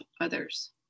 others